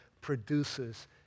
produces